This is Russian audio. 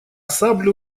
саблю